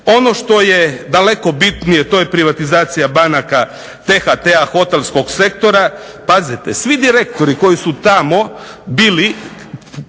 Ono što je daleko bitnije to je privatizacija banaka, T-HT-a, hotelskog sektora, svi direktori koji su tamo bili